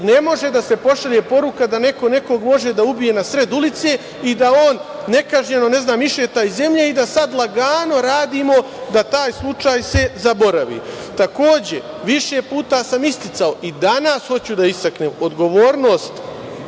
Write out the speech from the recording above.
ne može da se pošalje poruka da neko nekog može da ubije na sred ulice i da on nekažnjeno išeta iz zemlje i da sad lagano radimo da se taj slučaj zaboravi. Takođe, više puta sam isticao, i danas hoću da istaknem, odgovornost